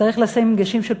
צריך לשים דגשים של פיקוח,